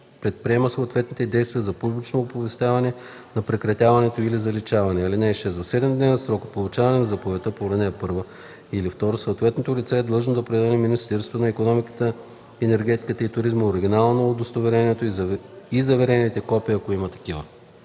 предприема съответни действия за публично оповестяване на прекратяването или заличаването. (6) В 7-дневен срок от получаването на заповедта по ал. 1 или 2 съответното лице е длъжно да предаде в Министерството на икономиката, енергетиката и туризма оригинала на удостоверението и заверените копия, ако има такива.”